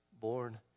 born